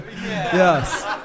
Yes